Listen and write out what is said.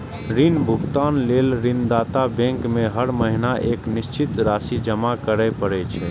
ऋण भुगतान लेल ऋणदाता बैंक में हर महीना एक निश्चित राशि जमा करय पड़ै छै